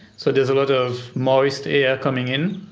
so there's a lot of moist air coming in,